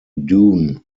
doon